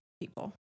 people